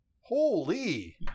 Holy